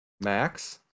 Max